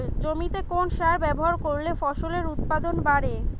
জমিতে কোন সার ব্যবহার করলে ফসলের উৎপাদন বাড়ে?